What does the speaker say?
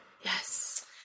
Yes